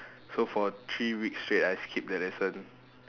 so for three weeks straight I skipped that lesson